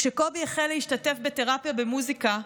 כשקובי החל להשתתף בתרפיה במוזיקה,